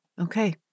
Okay